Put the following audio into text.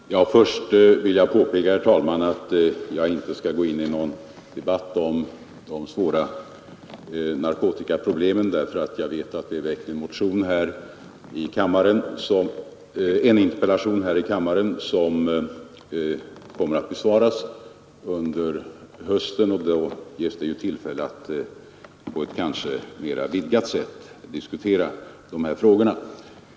Herr talman! Först vill jag påpeka att jag inte skall gå in i någon debatt om de svåra narkotikaproblemen, därför att jag vet att det är väckt en interpellation här i kammaren som kommer att besvaras under hösten, och då ges det ju tillfälle att på ett kanske mera vidgat sätt diskutera de här frågorna.